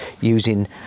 using